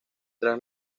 tras